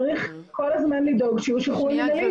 צריך כל הזמן לדאוג שיהיו שחרורים מינהליים.